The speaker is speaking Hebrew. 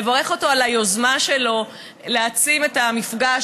לברך אותו על היוזמה שלו להעצים את המפגש